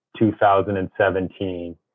2017